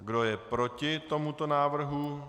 Kdo je proti tomuto návrhu?